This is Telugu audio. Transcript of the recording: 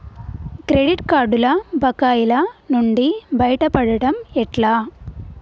క్రెడిట్ కార్డుల బకాయిల నుండి బయటపడటం ఎట్లా?